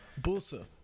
bolsa